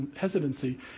hesitancy